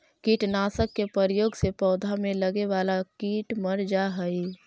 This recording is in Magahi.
कीटनाशक के प्रयोग से पौधा में लगे वाला कीट मर जा हई